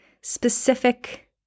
specific